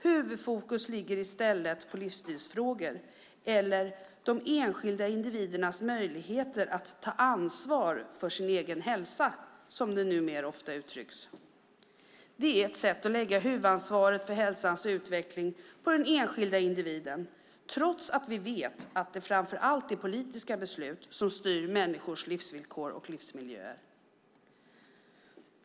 Huvudfokus ligger i stället på livsstilsfrågor eller de enskilda individernas möjligheter att ta ansvar för sin egen hälsa, som det numera ofta uttrycks. Det är ett sätt att lägga huvudansvaret för hälsans utveckling på den enskilda individen, trots att vi vet att det framför allt är politiska beslut som styr människors livsvillkor och livsmiljöer.